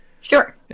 Sure